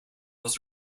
was